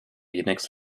unix